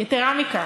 יתרה מכך,